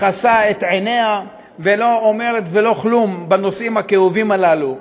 מכסה את עיניה ולא אומרת ולא כלום בנושאים הכאובים הללו.